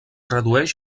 redueix